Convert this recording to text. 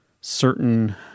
certain